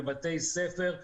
לבתי ספר,